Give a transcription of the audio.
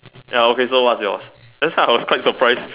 ya okay so what's yours then start I was quite surprise